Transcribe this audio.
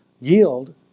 yield